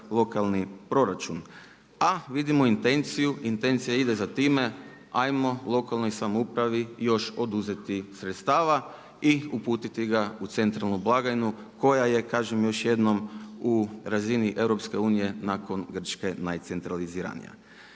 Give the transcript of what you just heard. lokalni proračun. A vidimo intenciju, intencija ide za time ajmo lokalnoj samoupravi još oduzeti sredstava i uputiti ga u centralnu blagajnu koja je kažem još jednom u razini EU nakon Grčke najcentraliziranija.